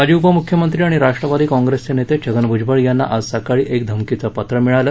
माजी उपमृख्यमंत्री आणि राष्ट्वादी काँप्रेसचे नेते छगन भूजबळ यांना आज सकाळी एक धमकीचं पत्र मिळालं